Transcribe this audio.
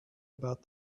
about